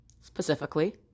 Specifically